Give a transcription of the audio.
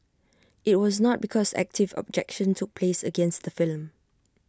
IT was not because active objection took place against the film